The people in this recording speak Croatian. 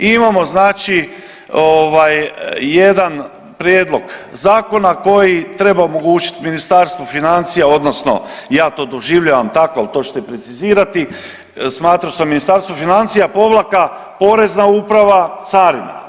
Imamo znači jedan prijedlog zakona koji treba omogućiti Ministarstvu financija, odnosno ja to doživljavam tako ali to ćete precizirati smatrao sam Ministarstvo financija povlaka Porezna uprava Carina.